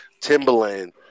Timberland